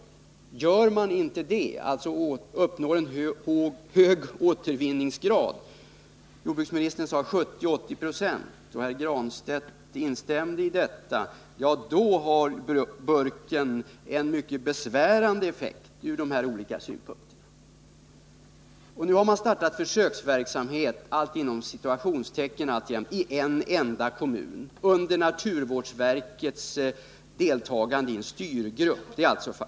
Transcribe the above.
Om man inte gör det — jordbruksministern talade om en återvinningsgrad på 70-80 26, och herr Granstedt instämde i detta — då får burken en mycket besvärande effekt från de här olika synpunkterna. Nu har man startat en ”försöksverksamhet” — man har tänkt att en sådan skall äga rum i en enda kommun, och det vill jag inte beteckna som försöksverksamhet — och det sker i en styrgrupp med naturvårdsverkets deltagande.